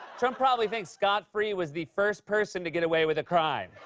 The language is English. trump probably thinks scott free was the first person to get way with a crime.